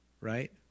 right